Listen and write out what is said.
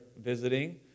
visiting